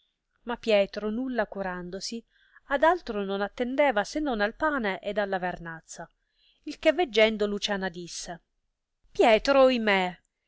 ma pietro nulla curandosi ad altro non attendeva se non al pane ed alla vernazza il che veggendo luciana disse pietro ohimè